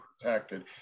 protected